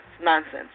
nonsense